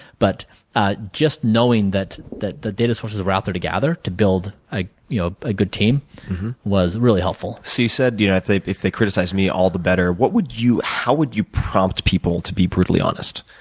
but ah just knowing that the the data sources were out there to gather to build a you know good team was really helpful. so, you said you know if they if they criticize me, all the better. what would you how would you prompt people to be brutally honest?